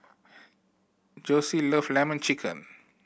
Jossie love Lemon Chicken